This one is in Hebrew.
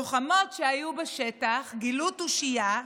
לוחמות שהיו בשטח גילו תושייה,